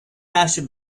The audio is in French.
taches